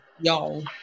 y'all